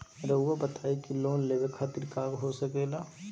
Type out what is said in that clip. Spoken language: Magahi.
रउआ बताई की लोन लेवे खातिर काका हो सके ला?